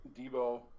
Debo